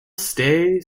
stay